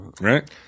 Right